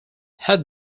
had